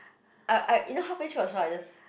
I I you know halfway through the show I just